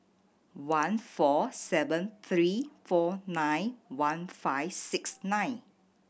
one four seven three four nine one five six nine